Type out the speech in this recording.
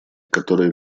которые